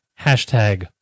Hashtag